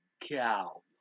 cow